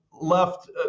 left